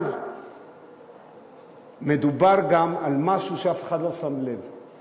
אבל מדובר גם על משהו שאף אחד לא שם לב אליו.